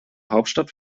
hauptstadt